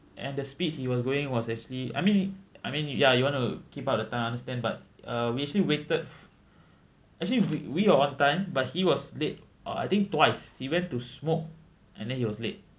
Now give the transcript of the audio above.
and the speed he was going was actually I mean I mean ya you want to keep up the time I understand but uh we actually waited actually we we are on time but he was late or I think twice he went to smoke and then he was late